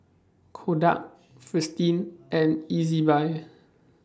Kodak Fristine and Ezbuy